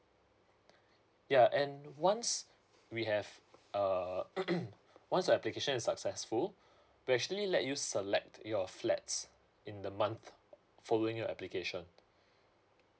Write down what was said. ya and once we have uh once your application is successful we actually let you select your flats in the month following your application